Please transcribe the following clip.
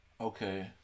Okay